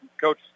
Coach